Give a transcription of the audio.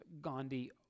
Gandhi